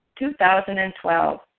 2012